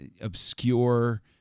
obscure